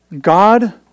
God